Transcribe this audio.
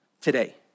today